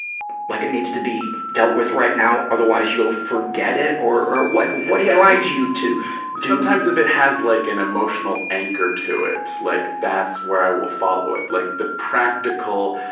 like it needs to be dealt with right now, otherwise you'll forget it, or what what drives you to do mike sometimes if it has like an emotional anchor to it, like that's where i will follow it. like, the practical,